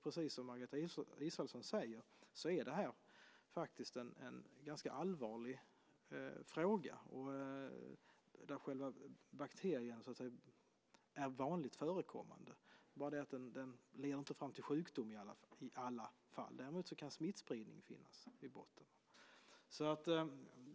Precis som Margareta Israelsson säger är det en allvarlig fråga. Bakterien är vanligt förekommande, men den leder inte fram till sjukdom i alla fall. Däremot kan smittspridning finnas i botten.